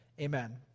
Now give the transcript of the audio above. Amen